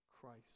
Christ